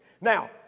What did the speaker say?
Now